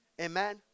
Amen